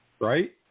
right